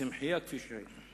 והצמחייה כפי שהיתה,